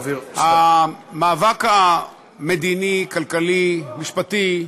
המאבק המדיני, הכלכלי, המשפטי וכו'